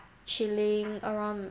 she living around